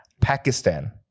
Pakistan